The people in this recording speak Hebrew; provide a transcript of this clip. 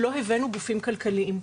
גופים כלכליים.